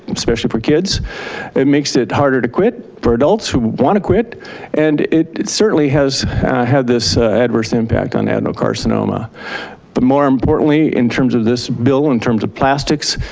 especially for kids, and it makes it harder to quit for adults who want to quit and it certainly has had this adverse impact on adenocarcinoma. but more importantly, in terms of this bill, in terms of plastics,